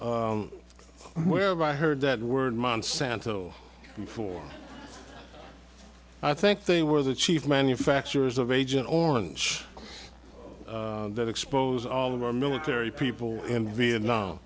whereby i heard that word monsanto for i think they were the chief manufacturers of agent orange that expose all of our military people in vietnam